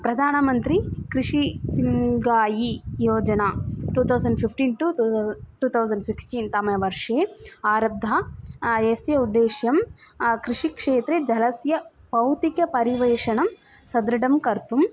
प्रधानमन्त्री कृषिसिंगायि योजना two thousand fifteen to two thousand सिक्स्टीन्तमे वर्षे आरब्धा यस्य उद्देश्यं कृषिक्षेत्रे जलस्य बौधिकपरिवेषणं सुदृढं कर्तुम्